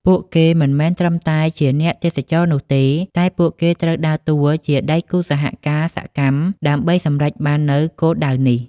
ពួកគេមិនមែនត្រឹមតែជាអ្នកទេសចរនោះទេ តែពួកគេត្រូវដើរតួជាដៃគូសហការសកម្មដើម្បីសម្រេចបាននូវគោលដៅនេះ។